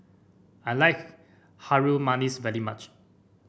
I like Harum Manis very much